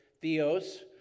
theos